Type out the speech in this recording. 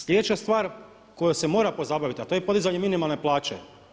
Sljedeća stvar kojom se mora pozabaviti, a to je podizanje minimalne plaće.